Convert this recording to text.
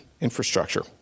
infrastructure